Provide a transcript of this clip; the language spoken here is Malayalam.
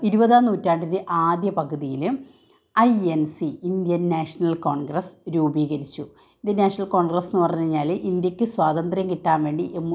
ഇരുപതാം നൂണ്ടാറ്റാണ്ടിന്റെ ആദ്യ പകുതിയിൽ I N C Indian National Congress രൂപീകരിച്ചു ഇന്ത്യൻ നാഷ്ണല് കോണ്ഗ്രസ്സ് എന്ന് പറഞ്ഞ് കഴിഞ്ഞാൽ ഇന്ത്യയ്ക്ക് സ്വാതന്ത്ര്യം കിട്ടാന് വേണ്ടി